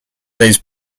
these